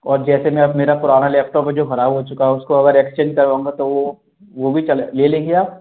और जैसे मैं अब मेरा पुराना लैपटॉप है जो ख़राब हो चुका है उसको अगर एक्सचेंज करवाऊँगा तो वो वो भी ले लेंगे आप